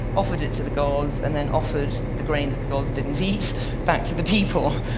offered it to the gods, and then offered the grain that the gods didn't eat back to the people.